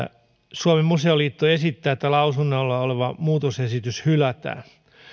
suomen museoliitto esittää että lausunnolla oleva muutosesitys hylätään